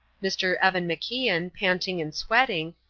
mr. evan macian, panting and sweating,